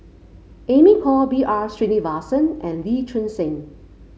Amy Khor B R Sreenivasan and Lee Choon Seng